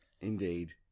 Indeed